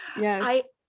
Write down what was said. yes